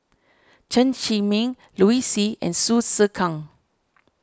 Chen Zhiming Liu Si and Hsu Tse Kwang